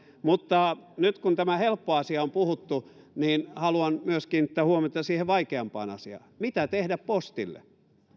mutta nyt kun tämä helppo asia on puhuttu haluan myös kiinnittää huomiota siihen vaikeampaan asiaan mitä tehdä postille